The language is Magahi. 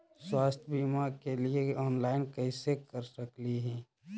स्वास्थ्य बीमा के लिए ऑनलाइन कैसे कर सकली ही?